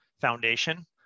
foundation